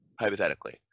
hypothetically